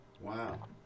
wow